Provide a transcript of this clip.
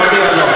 בסדר,